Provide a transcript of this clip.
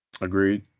Agreed